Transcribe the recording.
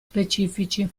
specifici